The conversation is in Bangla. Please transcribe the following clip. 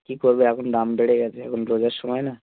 কী করবে এখন দাম বেড়ে গেছে এখন দোলের সময় না